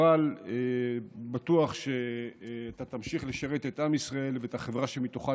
אבל אני בטוח שאתה תמשיך לשרת את עם ישראל ואת החברה שמתוכה